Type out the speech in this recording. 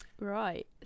Right